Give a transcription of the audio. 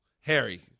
Harry